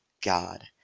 God